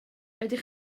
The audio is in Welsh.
ydych